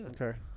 Okay